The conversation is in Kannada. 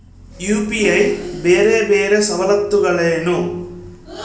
ಯು.ಪಿ.ಐ ಬೇರೆ ಬೇರೆ ಸವಲತ್ತುಗಳೇನು?